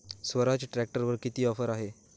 स्वराज ट्रॅक्टरवर किती ऑफर आहे?